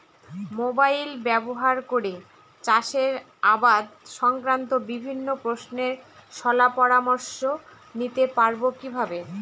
Mobile ব্যাবহার করে চাষের আবাদ সংক্রান্ত বিভিন্ন প্রশ্নের শলা পরামর্শ নিতে পারবো কিভাবে?